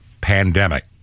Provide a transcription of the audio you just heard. pandemic